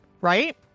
right